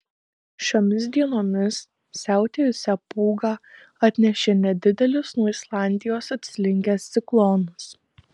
šiomis dienomis siautėjusią pūgą atnešė nedidelis nuo islandijos atslinkęs ciklonas